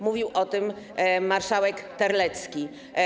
Mówił o tym marszałek Terlecki.